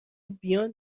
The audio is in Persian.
بیان